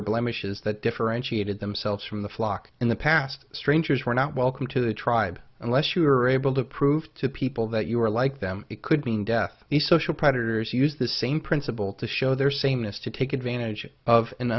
i mischa's that differentiated themselves from the flock in the past strangers were not welcome to the tribe unless you were able to prove to people that you were like them it could mean death the social predators used the same principle to show their sameness to take advantage of an